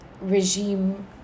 regime